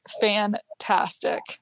fantastic